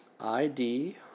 ID